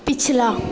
ਪਿਛਲਾ